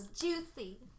juicy